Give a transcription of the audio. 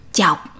chọc